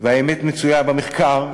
והאמת מצויה במחקר,